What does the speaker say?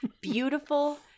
beautiful